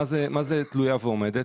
מה זה תלויה ועומדת?